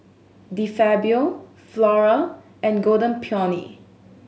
De Fabio Flora and Golden Peony